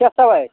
شےٚ سَوارِ